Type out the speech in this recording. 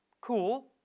cool